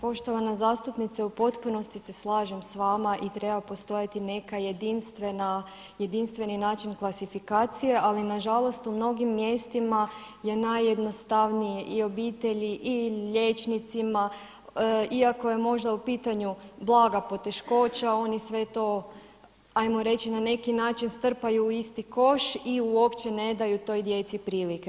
Poštovana zastupnice, u potpunosti se slažem s vama i treba postojati neka jedinstvena, jedinstveni način klasifikacije ali nažalost u mnogim mjestima je najjednostavnije i obitelji i liječnicima, iako je možda u pitanju blaga poteškoća oni sve to ajmo reći na neki način strpaju u isti koš i uopće ne daju toj djeci prilike.